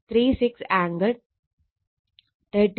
36 angle 106